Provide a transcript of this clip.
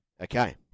Okay